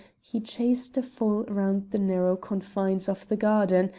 he chased a fowl round the narrow confines of the garden,